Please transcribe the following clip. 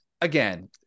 again